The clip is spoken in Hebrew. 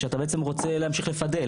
כשאתה בעצם רוצה להמשיך לפדל,